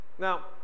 Now